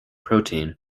protein